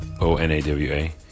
O-N-A-W-A